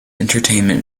entertainment